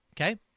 okay